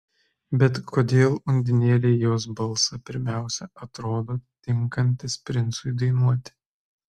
bet kodėl undinėlei jos balsas pirmiausia atrodo tinkantis princui dainuoti